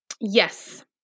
Yes